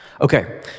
Okay